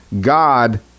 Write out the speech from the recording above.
God